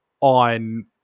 on